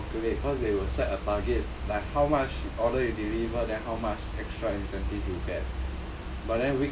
then they calculate cause they will set a target like how much order you deliver then how much extra incentive you get